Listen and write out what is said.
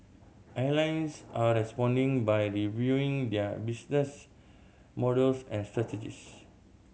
airlines are responding by the reviewing their business models and strategies